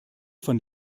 von